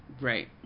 right